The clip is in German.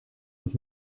und